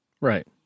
right